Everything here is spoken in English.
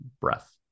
breath